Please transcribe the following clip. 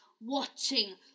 watching